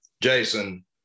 Jason